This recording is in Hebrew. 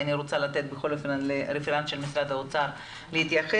אני רוצה לתת בכל אופן לרפרנט של משרד האוצר להתייחס.